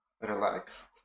relaxed